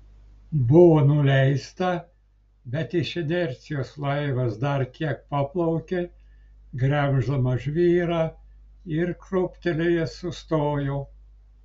buvo nuleista bet iš inercijos laivas dar kiek paplaukė gremždamas žvyrą ir krūptelėjęs sustojo